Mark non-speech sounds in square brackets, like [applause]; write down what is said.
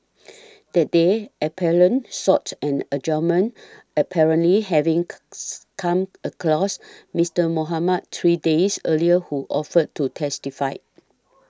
that day appellant sought an adjournment apparently having [noise] come across Mister Mohamed three days earlier who offered to testify